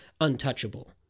untouchable